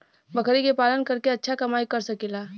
बकरी के पालन करके अच्छा कमाई कर सकीं ला?